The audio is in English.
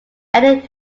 ended